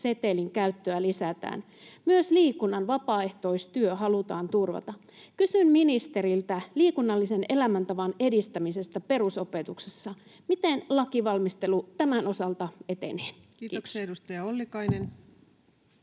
käyttöä lisätään. Myös liikunnan vapaaehtoistyö halutaan turvata. Kysyn ministeriltä liikunnallisen elämäntavan edistämisestä perusopetuksessa: miten lakivalmistelu tämän osalta etenee? — Kiitos. Kiitoksia.